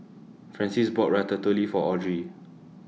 Francies bought Ratatouille For Audry